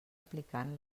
aplicant